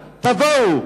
תבואו,